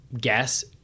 guess